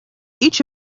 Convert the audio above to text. each